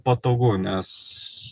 patogu nes